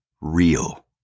real